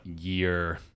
year